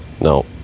no